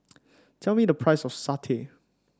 tell me the price of satay